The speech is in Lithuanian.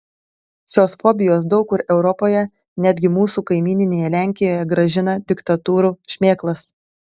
šios fobijos daug kur europoje netgi mūsų kaimyninėje lenkijoje grąžina diktatūrų šmėklas